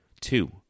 Two